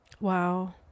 wow